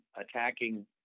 attacking